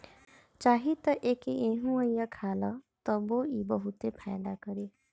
चाही त एके एहुंगईया खा ल तबो इ बहुते फायदा करी